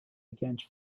against